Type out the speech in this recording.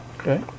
Okay